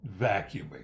vacuuming